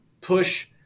push